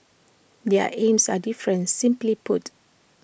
their aims are different simply put